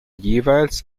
jeweils